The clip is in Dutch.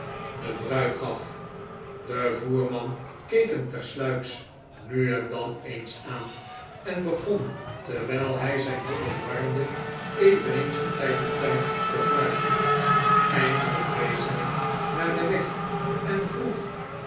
den brui gaf de voerman keek hem tersluiks nu en dan eens aan en begon terwijl hij zijn handen warmde eveneens van tijd tot tijd te fluiten eindelijk wees hij naar den weg en vroeg